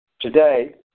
Today